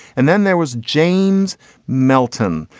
and then there was james meltem.